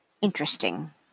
Interesting